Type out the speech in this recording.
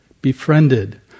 befriended